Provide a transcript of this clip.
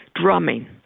drumming